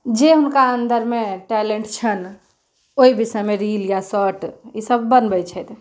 जे हुनका अन्दरमे टेलेन्ट छनि ओइ विषयमे रील या शॉर्ट्स ई सभ बनबै छथि